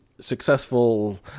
successful